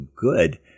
good